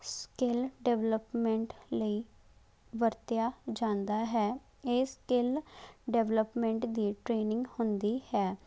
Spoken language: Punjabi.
ਸਕਿਲ ਡਿਵਲਪਮੈਂਟ ਲਈ ਵਰਤਿਆ ਜਾਂਦਾ ਹੈ ਇਹ ਸਕਿਲ ਡਿਵਲਪਮੈਂਟ ਦੀ ਟ੍ਰੇਨਿੰਗ ਹੁੰਦੀ ਹੈ